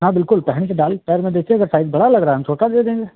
हाँ बिल्कुल पहन कर डाल कर पैर में देखिए अगर साइज़ बड़ा लग रहा है हम छोटा दे देंगे